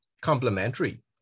complementary